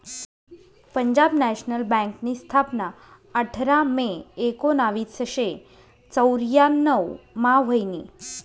Punjab national बँकनी स्थापना आठरा मे एकोनावीसशे चौर्यान्नव मा व्हयनी